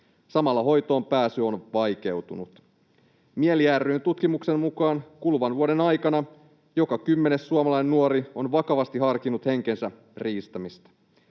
Samalla hoitoonpääsy on vaikeutunut. MIELI ry:n tutkimuksen mukaan kuluvan vuoden aikana joka kymmenes suomalainen nuori on vakavasti harkinnut henkensä riistämistä.